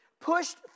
pushed